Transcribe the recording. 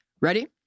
Ready